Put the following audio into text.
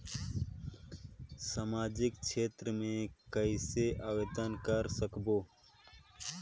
समाजिक क्षेत्र मे कइसे आवेदन कर सकबो?